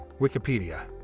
Wikipedia